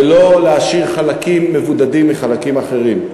ולא להשאיר חלקים מבודדים מחלקים אחרים.